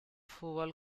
futbol